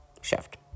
shift